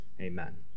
Amen